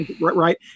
Right